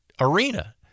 arena